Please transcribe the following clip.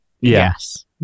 Yes